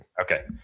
Okay